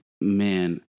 Man